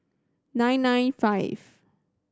nine nine five